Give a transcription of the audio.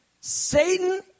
Satan